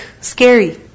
scary